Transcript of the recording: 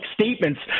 statements